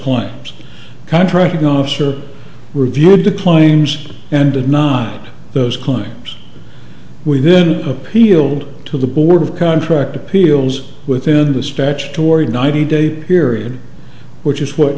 coins contracting officer reviewed the claims and did nine those claims we then appealed to the board of contract appeals within the statutory ninety day period which is what